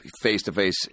face-to-face